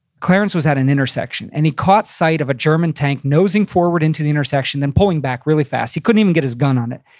clarence was at an intersection. and he caught sight of a german tank nosing forward into the intersection, then pulling back really fast. he couldn't even get his gun on it.